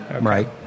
Right